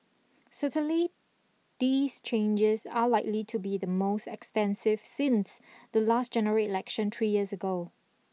certainly these changes are likely to be the most extensive since the last General Election three years ago